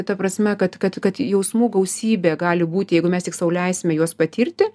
ta prasme kad kad kad jausmų gausybė gali būti jeigu mes tik sau leisime juos patirti